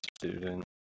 student